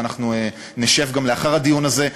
ואנחנו נשב לאחר הדיון הזה.